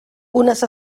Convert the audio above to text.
unes